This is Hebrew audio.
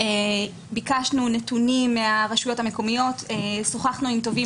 ביקשנו נתונים מהרשויות המקומיות; שוחחנו עם תובעים,